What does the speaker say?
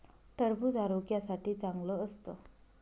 टरबूज आरोग्यासाठी चांगलं असतं